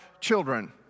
children